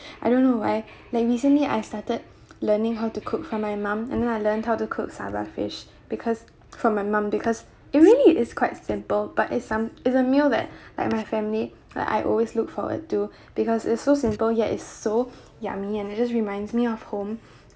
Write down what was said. I don't know why like recently I started learning how to cook from my mom and then I learned how to cook saba fish because from my mum because it really is quite simple but it's some it's a meal that like my family like I always look forward to because it's so simple yet is so yummy and it just reminds me of home